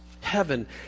Heaven